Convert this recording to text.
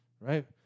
right